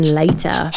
later